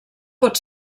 pot